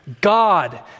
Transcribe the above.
God